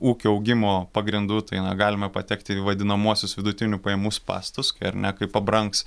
ūkio augimo pagrindų tai na galime patekti į vadinamuosius vidutinių pajamų spąstus ar ne kai pabrangs